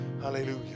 hallelujah